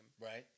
right